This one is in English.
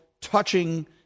touching